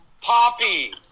Poppy